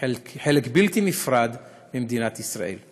כחלק בלתי נפרד ממדינת ישראל.